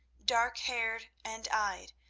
dark-haired and eyed,